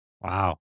Wow